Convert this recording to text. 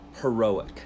heroic